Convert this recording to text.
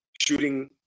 shooting